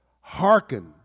hearken